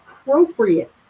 appropriate